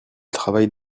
travaille